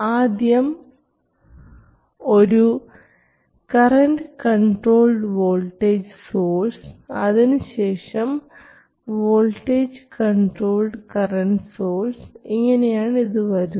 ആദ്യം ഒരു current controlled voltage source അതിനുശേഷം വോൾട്ടേജ് കൺട്രോൾഡ് കറൻറ് സോഴ്സ് ഇങ്ങനെയാണ് ഇത് വരുന്നത്